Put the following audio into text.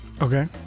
Okay